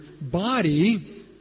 body